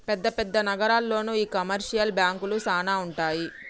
పెద్ద పెద్ద నగరాల్లోనే ఈ కమర్షియల్ బాంకులు సానా ఉంటాయి